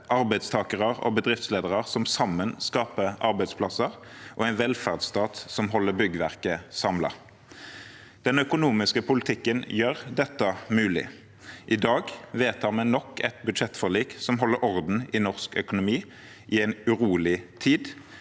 arbeidstakere og bedriftsledere, som sammen skaper arbeidsplasser, og en velferdsstat som holder byggverket samlet. Den økonomiske politikken gjør dette mulig. I dag vedtar vi nok et budsjettforlik som holder orden i norsk økonomi i en urolig tid,